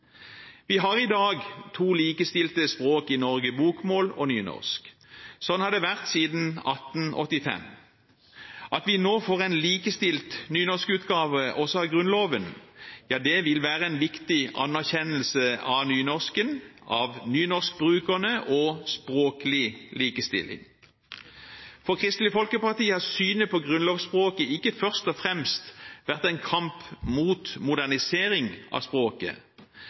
Vi har i dag to likestilte språk i Norge – bokmål og nynorsk. Sånn har det vært siden 1885. At vi nå får en likestilt nynorskutgave også av Grunnloven, vil være en viktig anerkjennelse av nynorsken, av nynorskbrukerne og av språklig likestilling. For Kristelig Folkeparti har synet på grunnlovsspråket ikke først og fremst vært en kamp mot modernisering av språket,